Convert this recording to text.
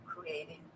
creating